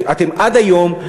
אתם, עד היום,